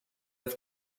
have